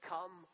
Come